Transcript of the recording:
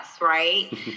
right